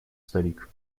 старик